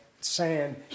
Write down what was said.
sand